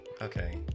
okay